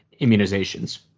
immunizations